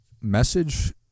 message